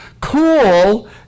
Cool